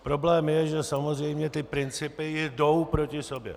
Problém je, že samozřejmě ty principy jdou proti sobě.